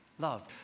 Love